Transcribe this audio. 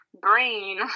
brain